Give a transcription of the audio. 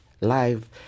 live